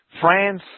France